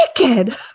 naked